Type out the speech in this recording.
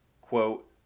quote